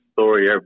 story